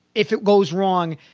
if it goes wrong,